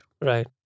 Right